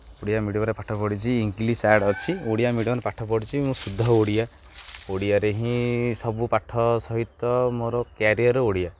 ଓଡ଼ିଆ ମିଡ଼ିଅମ୍ରେ ପାଠ ପଢ଼ିଛିି ଇଂଲିଶ୍ ଆଡ଼୍ ଅଛି ଓଡ଼ିଆ ମିଡ଼ିଅମ୍ରେ ପାଠ ପଢ଼ିଛି ମୁଁ ଶୁଦ୍ଧ ଓଡ଼ିଆ ଓଡ଼ିଆରେ ହିଁ ସବୁ ପାଠ ସହିତ ମୋର କ୍ୟାରିୟର୍ ଓଡ଼ିଆ